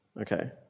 Okay